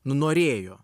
nu norėjo